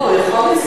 לא, הוא יכול לנסוע.